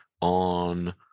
on